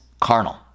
carnal